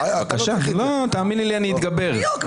טלי,